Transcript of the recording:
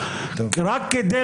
רק כדי